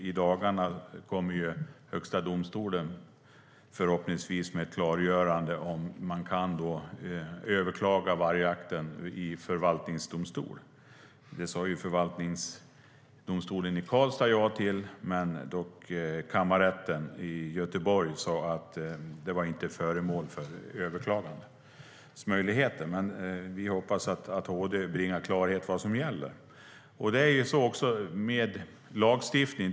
I dagarna kommer Högsta domstolen förhoppningsvis med ett klargörande av om man kan överklaga vargjakten i förvaltningsdomstol. Det sa Förvaltningsrätten i Karlstad ja till, men Kammarrätten i Göteborg sa att detta inte var föremål för möjlighet att överklaga. Vi hoppas att HD bringar klarhet i vad som gäller. Vi känner alla till att det är så här med lagstiftning.